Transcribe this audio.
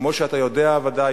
כמו שאתה יודע ודאי,